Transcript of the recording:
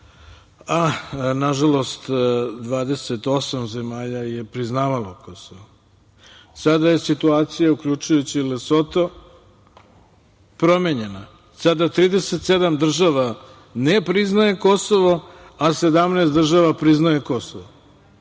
a nažalost 28 zemalja je priznavalo Kosovo. Sada je situacija, uključujući i Lesoto, promenjena. Sada 37 država ne priznaje Kosovo, a 17 država priznaje Kosovo,